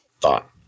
thought